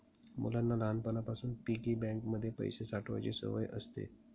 मुलांना लहानपणापासून piggy bank मध्ये पैसे साठवायची सवय असते